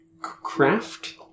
Craft